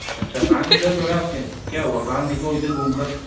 अच्छा कान में दर्द हो रहा है आप के क्या हुआ कान दिखाओ इधर घूम कर